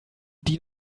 din